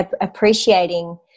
appreciating